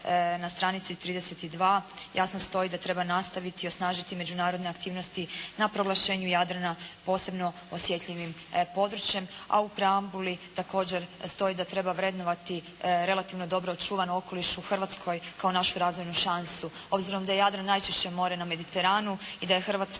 na stranici 32. jasno stoji da treba nastaviti i osnažiti međunarodne aktivnosti na proglašenju Jadrana posebno osjetljivim područjem a u preambuli također stoji da treba vrednovati relativno dobro očuvan okoliš u Hrvatskoj kao našu razvojnu šansu. Obzirom da je Jadran najčišće more na Mediteranu i da je Hrvatska